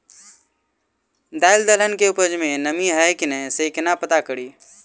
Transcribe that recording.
दालि दलहन केँ उपज मे नमी हय की नै सँ केना पत्ता कड़ी?